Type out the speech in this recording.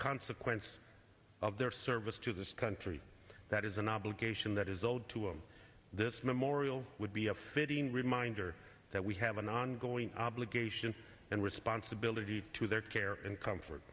consequence of their service to this country that is an obligation that is owed to them this memorial would be a fitting reminder that we have an ongoing obligation and responsibility to their care and comfort